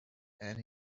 and